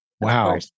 Wow